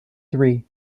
three